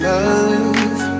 Love